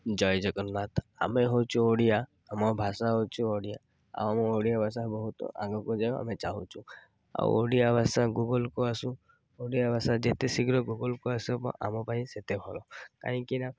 ଜୟ ଜଗନ୍ନାଥ ଆମେ ହେଉଛୁ ଓଡ଼ିଆ ଆମ ଭାଷା ହେଉଛି ଓଡ଼ିଆ ଆଉ ଆମ ଓଡ଼ିଆ ଭାଷା ବହୁତ ଆଗକୁ ଯଁ ଆମେ ଚାହୁଁଚୁ ଆଉ ଓଡ଼ିଆ ଭାଷା ଗୁଗଲ୍କୁ ଆସୁ ଓଡ଼ିଆ ଭାଷା ଯେତେ ଶୀଘ୍ର ଗୁଗଲ୍କୁ ଆସିବ ଆମପାଇଁ ସେତେ ଭଲ କାହିଁକିନା